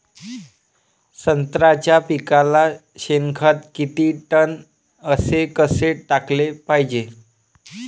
संत्र्याच्या पिकाले शेनखत किती टन अस कस टाकाले पायजे?